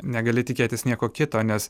negali tikėtis nieko kito nes